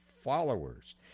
followers